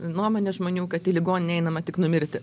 nuomonę žmonių kad į ligoninę einama tik numirti